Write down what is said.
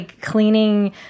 cleaning